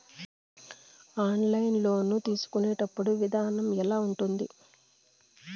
online loan తీసుకునేటప్పుడు విధానం ఎలా ఉంటుంది